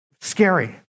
scary